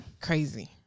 Crazy